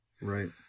Right